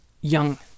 young